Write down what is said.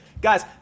Guys